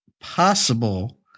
possible